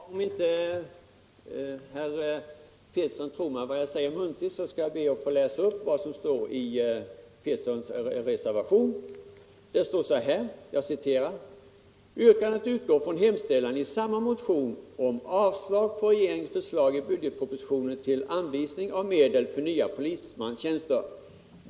Herr talman! Om inte herr Pettersson tror på vad jag säger, skall jag be att få läsa upp vad som står i reservationen: ”Yrkandet utgår från hemställan i samma motion om avslag på regeringens förslag i budgetpropositionen till anvisning av medel för nya polismanstjänster.